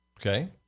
Okay